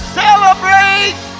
celebrate